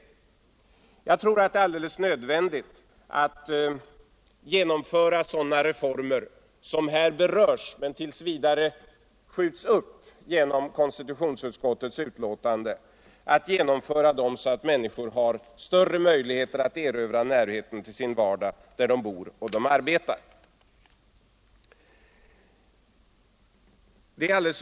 Jag tror att det är alldeles nödvändigt att genomföra sådana reformer som här berörs men som tills vidare skjuts upp genom konstitutionsutskottets betänkande och genomföra dem så att människorna får större möjligheter att erövra närheten till sin vardag, där de bor och arbetar.